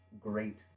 great